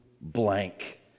blank